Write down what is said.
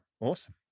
awesome